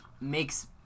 makes